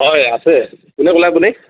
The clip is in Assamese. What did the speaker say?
হয় আছে কোনে ক'লে আপুনি